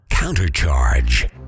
countercharge